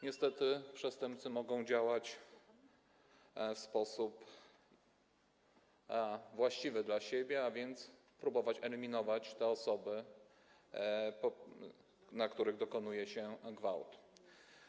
Niestety przestępcy mogą działać w sposób właściwy dla siebie, a więc próbować eliminować te osoby, na których dokonuje się gwałtu.